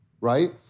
right